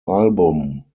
album